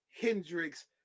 Hendrix